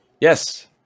Yes